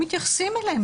לא מתייחסים אליהם.